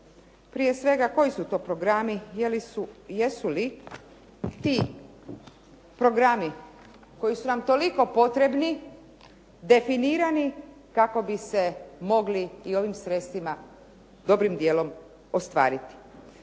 Prije svega koji su to programi? Jesu li ti programi koji su nam toliko potrebni definirani kako bi se mogli i ovim sredstvima dobrim dijelom ostvariti.